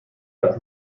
das